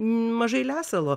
mažai lesalo